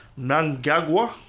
Nangagwa